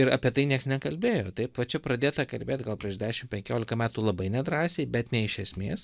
ir apie tai nieks nekalbėjo taip va čia pradėta kalbėti gal prieš dešim penkiolika metų labai nedrąsiai bet ne iš esmės